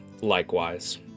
likewise